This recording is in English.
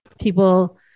people